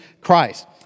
Christ